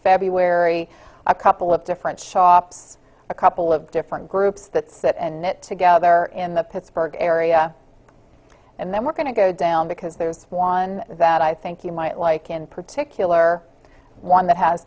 february a couple of different shops a couple of different groups that sit and knit together in the pittsburgh area and then we're going to go down because there's one that i think you might like in particular one that has